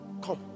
Come